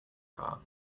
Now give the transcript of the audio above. car